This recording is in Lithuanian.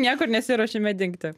niekur nesiruošiame dingti